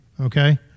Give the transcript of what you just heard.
okay